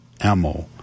Ammo